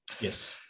yes